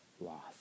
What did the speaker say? lost